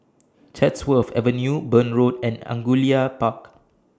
Chatsworth Avenue Burn Road and Angullia Park